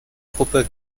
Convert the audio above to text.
puppe